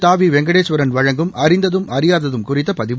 தவி வெங்கடேஸ்வரன் வழங்கும் அறிந்ததும் அறியாததும் குறித்த பதிவு